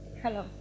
Hello